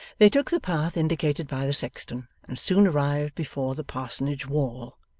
they took the path indicated by the sexton, and soon arrived before the parsonage wall.